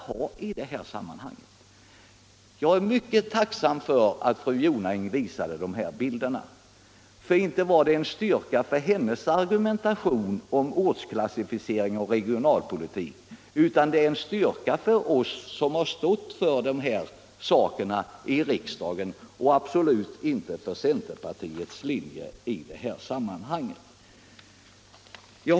Jag är mycket tacksam för att fru Jonäng visade bilderna, för inte var de en styrka för hennes argument om ortsklassificeringen och regionalpolitiken, men de var en styrka för oss som stått för dessa initiativ i riksdagen — inte, som sagt, för centerpartiets linje i de här sammanhangen.